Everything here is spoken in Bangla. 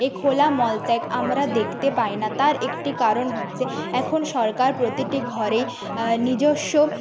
এই খোলা মলত্যাগ আমরা দেখতে পাই না তার একটি কারণ হচ্ছে এখন সরকার প্রতিটি ঘরেই নিজস্ব